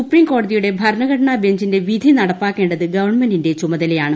supreme കോടതിയുടെ ഭരണഘടനാ ബെഞ്ചിന്റെ നടപ്പാക്കേണ്ടത് ഗവൺമെന്റിന്റെ ചുമതലയാണ്